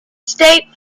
state